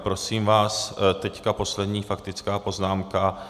Prosím vás, teď poslední faktická poznámka.